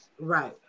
Right